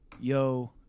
yo